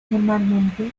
normalmente